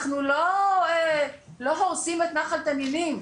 אנחנו לא הורסים את נחל תנינים.